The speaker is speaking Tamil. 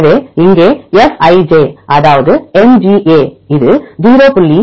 எனவே இங்கே Fij அதாவது எம்ஜிஏ இது 0